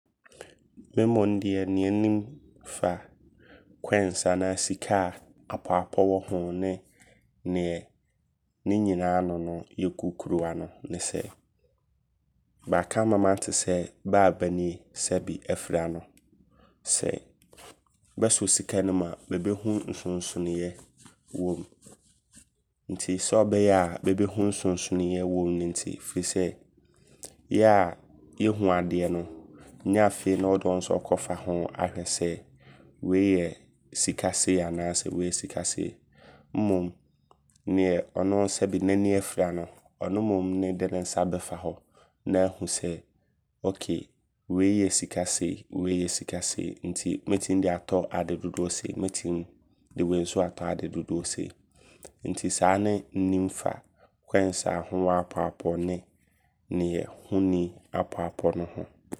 Me mmom deɛ neɛ nnim fa coins anaa sika a apɔapɔ wɔ ho ne neɛ ne nyinaa ano no yɛ kurukuruwa ne sɛ. Baaka ama mate sɛ bɛani sɛbe afra no. Sɛ bɛsɔ sika no mu a, bɛbɛhu nsonsonoyɛ wom. Nti sɛ ɔbɛyɛ a bɛbɛhu nsonsonoyɛ wom no nti. Firi sɛ yɛa yɛhu adeɛ no nyɛ afei ne wode wo nsa ɔɔkɔfa ho ahwɛ sɛ wei yɛ sika sei. Anaa sɛ wei yɛ sika sei. Mmom neɛ ɔno sɛbe n'ani afra no, ɔno mmom ne de ne nsa bɛfa hɔ. Na aahu ok wei yɛ sika sei. Wei yɛ sika sei. Nti mɛtim de atɔ ade dodoɔ sei. Mɛtim de wei nso atɔ ade dodoɔ sei. Nti saa ne nnim fa coins a ho wɔ apɔapɔ ne neɛ ho nni apɔapɔ ho.